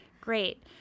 Great